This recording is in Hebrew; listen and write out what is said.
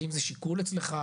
האם זה שיקול אצלך,